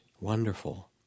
wonderful